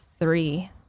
three